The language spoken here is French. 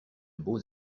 beaux